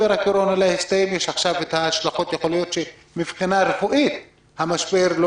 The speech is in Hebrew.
לטפל גם בהשלכות הכלכליות של המשבר.